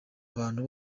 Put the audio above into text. abantu